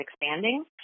expanding